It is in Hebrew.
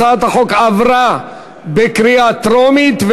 הצעת החוק עברה בקריאה טרומית,